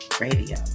Radio